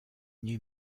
new